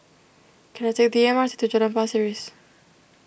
can I take the M R T to Jalan Pasir Ria